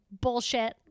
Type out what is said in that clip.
bullshit